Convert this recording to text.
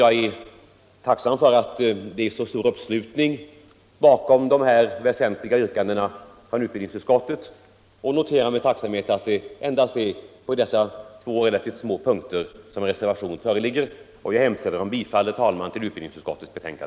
Jag är tacksam för att det är så stor uppslutning bakom dessa väsentliga förslag från utbildningsutskottet, och jag noterar med tillfredsställelse att det endast är på dessa relativt små punkter som en reservation föreligger. Jag yrkar bifall, herr talman, till utbildningsutskottets hemställan.